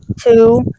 two